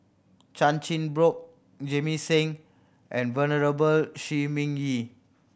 Chan Chin Bock Jamit Singh and Venerable Shi Ming Yi